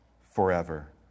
forever